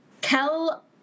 Kel